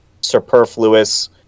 superfluous